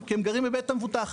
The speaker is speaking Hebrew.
כי הם גרים בבית המבוטח.